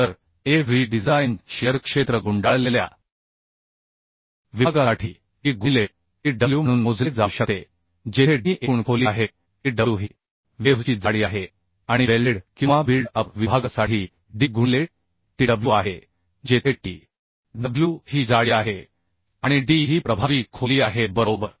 तर A v design shear क्षेत्र गुंडाळलेल्या विभागासाठी d गुणिले T डब्ल्यू म्हणून मोजले जाऊ शकते जेथे d ही एकूण खोली आहे T w ही वेव्ह ची जाडी आहे आणि वेल्डेड किंवा बिल्ड अप विभागासाठी d गुणिले T w आहे जेथे T w ही जाडी आहे आणि d ही प्रभावी खोली आहे बरोबर